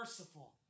merciful